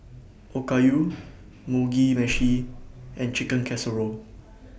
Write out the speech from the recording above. Okayu Mugi Meshi and Chicken Casserole